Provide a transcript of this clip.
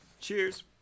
cheers